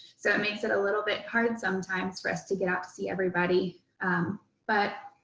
so it makes it a little bit hard sometimes for us to get out to see everybody but,